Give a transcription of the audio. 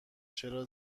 چرا